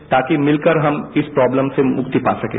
ताकि मिलकर हम इस प्राब्लम से मुक्ति पा सकें